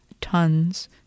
tons